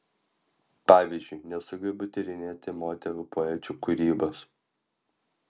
pavyzdžiui nesugebu tyrinėti moterų poečių kūrybos